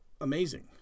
amazing